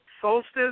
solstice